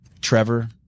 trevor